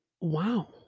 wow